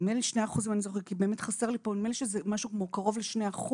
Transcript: נדמה לי שזה משהו קרוב ל-2%,